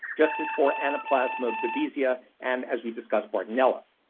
just as for anaplasma, babesia, and as we discussed, bartonella.